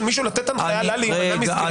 מישהו לתת הנחיה לה להימנע מסגירת תיק?